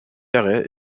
carey